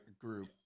group